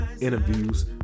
interviews